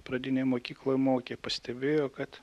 pradinėj mokykloj mokė pastebėjo kad